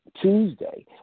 Tuesday